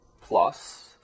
Plus